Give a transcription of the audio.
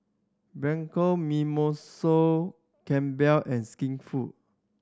Bianco Mimosa Campbell and Skinfood